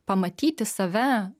pamatyti save